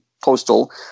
postal